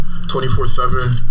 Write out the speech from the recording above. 24-7